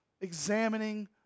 examining